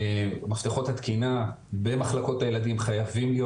מפתחות התקינה במחלקות הילדים חייבים להיות